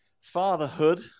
Fatherhood